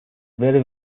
very